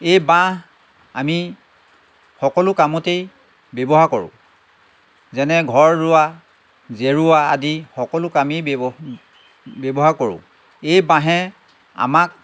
এই বাঁহ আমি সকলো কামতেই ব্যৱহাৰ কৰোঁ যেনে ঘৰ ৰোৱা জেওৰা আদি সকলো কামেই ব্য়ৱ ব্যৱহাৰ কৰোঁ এই বাঁহে আমাক